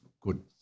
good